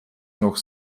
noch